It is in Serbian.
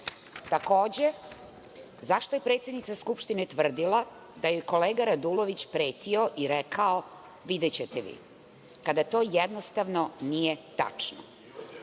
Takođe, zašto je predsednica Skupštine tvrdila da joj je kolega Radulović pretio i rekao – videćete vi, kada to jednostavno nije tačno.